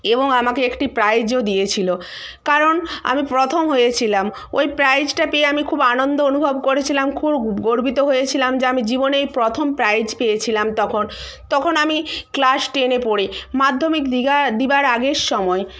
এবং আমাকে একটি প্রাইজও দিয়েছিল কারণ আমি প্রথম হয়েছিলাম ওই প্রাইজটা পেয়ে আমি খুব আনন্দ অনুভব করেছিলাম খুব গর্বিত হয়েছিলাম যে আমি জীবনে এই প্রথম প্রাইজ পেয়েছিলাম তখন তখন আমি ক্লাস টেনে পড়ি মাধ্যমিক দেওয়ার আগের সময়